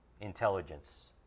intelligence